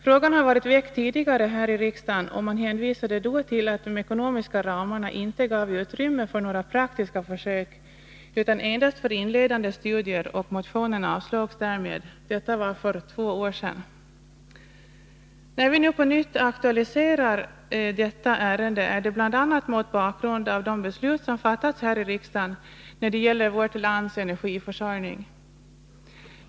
Frågan har varit väckt tidigare här i riksdagen, och man hänvisade då till att de ekonomiska ramarna inte gav utrymme för några praktiska försök utan endast för inledande studier, och motionerna avslogs därmed. Detta var för två år sedan. När vi nu på nytt aktualiserar detta ärende är det bl.a. mot bakgrund av de beslut som har fattats här i riksdagen då det gäller vårt lands energiförsörjning.